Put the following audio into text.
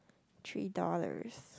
three dollars